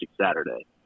Saturday